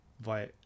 via